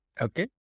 Okay